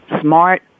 smart